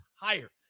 higher